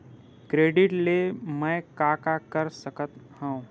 Credit ले मैं का का कर सकत हंव?